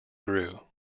grew